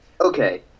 okay